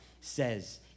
says